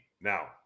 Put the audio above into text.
Now